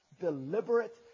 deliberate